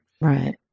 Right